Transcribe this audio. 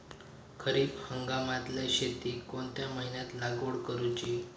खरीप हंगामातल्या शेतीक कोणत्या महिन्यात लागवड करूची?